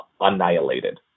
annihilated